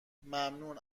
ممنونم